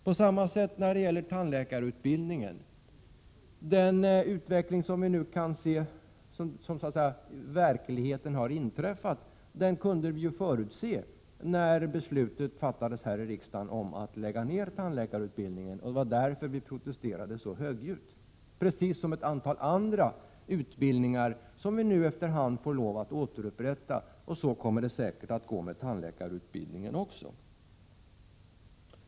Detsamma gäller den utveckling som vi kan se har inträffat i verkligheten — den kunde vi förutse när beslutet fattades här i riksdagen om neddragning av tandläkarutbildningen. Det var därför vi protesterade mycket högljutt. Precis detsamma händer med ett antal andra utbildningar, som vi nu efter hand får lov att återupprätta. Och så kommer det säkert att bli med tandläkarutbildningen också.